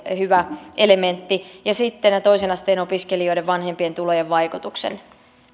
hyvä elementti ja sitten tämä toisen asteen opiskelijoiden vanhempien tulojen vaikutuksen